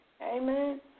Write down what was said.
Amen